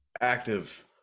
Active